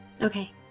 Okay